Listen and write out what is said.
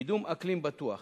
קידום אקלים בטוח,